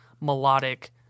melodic